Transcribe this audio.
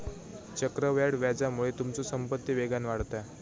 चक्रवाढ व्याजामुळे तुमचो संपत्ती वेगान वाढता